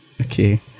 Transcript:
Okay